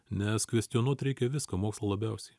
nes kvestionuot reikia viską mokslą labiausiai